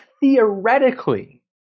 theoretically